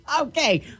Okay